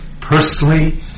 Personally